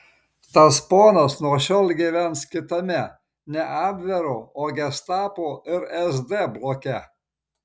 tas ponas nuo šiol gyvens kitame ne abvero o gestapo ir sd bloke